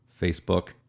Facebook